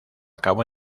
cabo